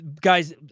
Guys